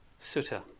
sutta